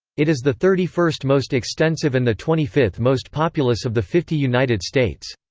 it is the thirty first most extensive and the twenty fifth most populous of the fifty united states.